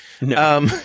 No